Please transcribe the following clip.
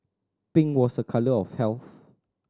pink was a colour of health